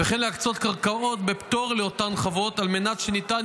וכן להקצות קרקעות בפטור לאותן חוות על מנת שניתן